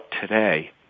today